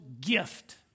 gift